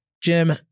Jim